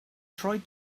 tried